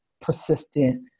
persistent